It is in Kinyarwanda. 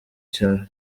cyaro